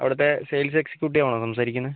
അവിടുത്തെ sales executive ആണോ സംസാരിക്കുന്നത്